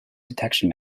detection